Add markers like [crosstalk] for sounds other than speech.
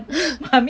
[breath]